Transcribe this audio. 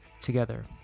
together